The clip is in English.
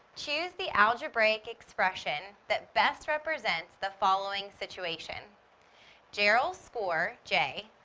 choose the algebraic expression that best represents the following situation jeral's score, j,